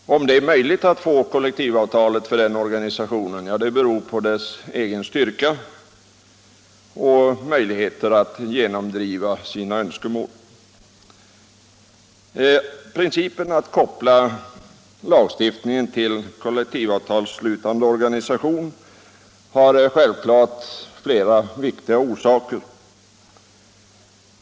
Om det sedan är möjligt för den organisationen att erhålla kollektivavtalet beror på dess egen styrka och dess möjligheter att genomdriva sina önskemål. Principen att koppla lagstiftningen till kollektivavtalsslutande organisation har självfallet flera viktiga orsaker.